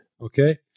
Okay